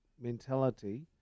mentality